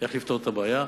איך לפתור את הבעיה.